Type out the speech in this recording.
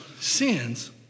sins